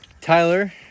Tyler